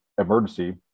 Emergency